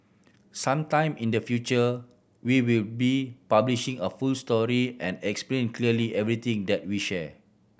some time in the future we will be publishing a full story and explain clearly everything that we share